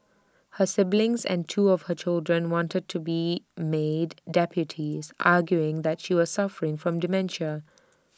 her siblings and two of her children wanted to be made deputies arguing that she was suffering from dementia